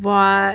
what